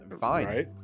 fine